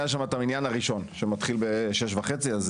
היה שם את המניין הראשון שמתחיל בשש וחצי.